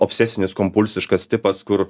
obsesinis kompulsiškas tipas kur